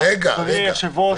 אדוני היושב-ראש,